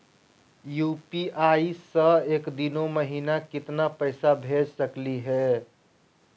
UPI स एक दिनो महिना केतना पैसा भेज सकली हे?